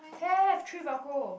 have have three velcro